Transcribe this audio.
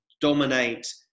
dominate